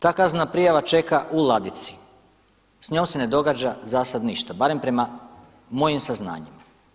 Ta kaznena prijava čeka u ladici, s njom se ne događa zasad ništa barem prema mojim saznanjima.